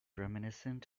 reminiscent